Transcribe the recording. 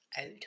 out